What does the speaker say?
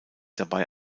dabei